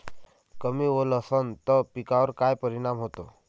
कमी ओल असनं त पिकावर काय परिनाम होते?